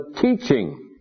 teaching